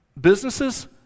businesses